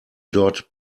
dort